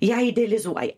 ją idealizuoja